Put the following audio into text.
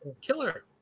Killer